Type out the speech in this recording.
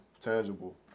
tangible